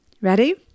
Ready